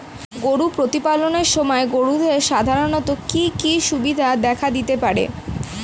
গরু প্রতিপালনের সময় গরুদের সাধারণত কি কি অসুবিধা দেখা দিতে পারে?